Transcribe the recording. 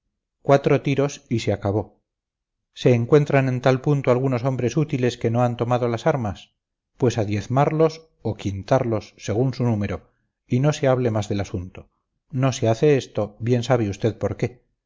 cuatro tiros y se acabó se encuentran en tal punto algunos hombres útiles que no han tomado las armas pues a diezmarlos o quintarlos según su número y no se hable más del asunto no se hace esto bien sabe usted por qué